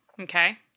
Okay